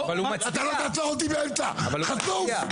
אתה לא תעצור אותי באמצע, חצוף.